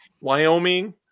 Wyoming